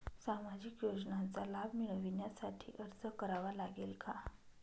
सामाजिक योजनांचा लाभ मिळविण्यासाठी अर्ज करावा लागेल का?